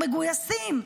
אנחנו מגויסים.